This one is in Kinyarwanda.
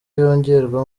yongerwa